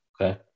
Okay